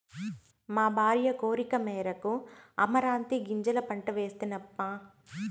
మా భార్య కోరికమేరకు అమరాంతీ గింజల పంట వేస్తినప్పా